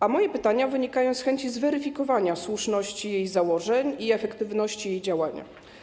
A moje pytania wynikają z chęci zweryfikowania słuszności jej założeń i efektywności jej działania.